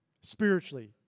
spiritually